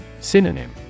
Synonym